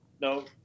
No